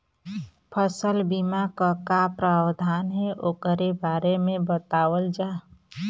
फसल बीमा क का प्रावधान हैं वोकरे बारे में बतावल जा?